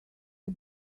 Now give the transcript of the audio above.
are